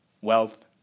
wealth